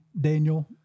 Daniel